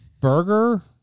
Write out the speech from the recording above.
burger